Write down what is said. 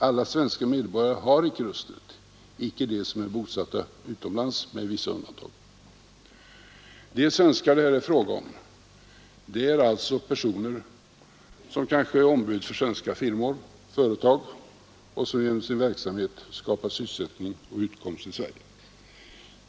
Alla svenska medborgare har icke rösträtt — det gäller med vissa undantag dem som är bosatta utomlands. De svenskar det här är fråga om är t.ex. personer som är ombud för svenska företag och som genom sin verksamhet skapar sysselsättning och utkomstmöjligheter i Sverige.